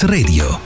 Radio